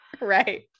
Right